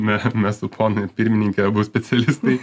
na mes su ponia pirmininke abu specialistai